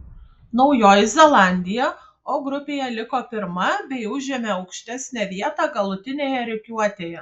naujoji zelandija o grupėje liko pirma bei užėmė aukštesnę vietą galutinėje rikiuotėje